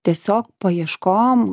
tiesiog paieškom